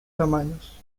tamaños